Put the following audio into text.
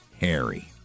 Harry